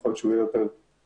ככל שהוא יהיה יותר מחייב,